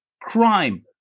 crime